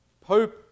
Pope